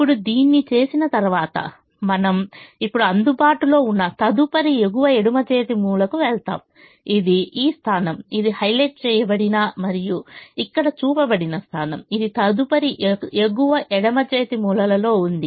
ఇప్పుడు దీన్ని చేసిన తరువాత మనము ఇప్పుడు అందుబాటులో ఉన్న తదుపరి ఎగువ ఎడమ చేతి మూలకు వెళ్తాము ఇది ఈ స్థానం ఇది హైలైట్ చేయబడిన మరియు ఇక్కడ చూపబడిన స్థానం ఇది తదుపరి ఎగువ ఎడమ చేతి మూలలో ఉంది